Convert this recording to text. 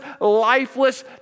lifeless